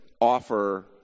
offer